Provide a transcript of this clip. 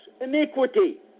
iniquity